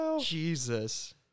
Jesus